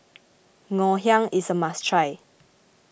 Ngoh Hiang is a must try